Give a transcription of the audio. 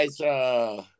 guys